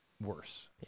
Worse